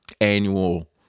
annual